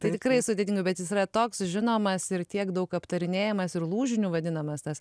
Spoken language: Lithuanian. tai tikrai sudėtinga bet jis yra toks žinomas ir tiek daug aptarinėjamas ir lūžiniu vadinamas tas